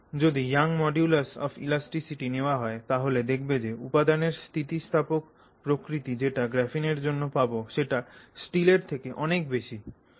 যদি Young's modulus of elasticity Young's modulus of elasticity নেওয়া হয় তাহলে দেখবে যে উপাদানের স্থিতিস্থাপক প্রকৃতি যেটা গ্রাফিনের জন্য পাবো সেটা স্টিলের থেকে অনেক বেশি হবে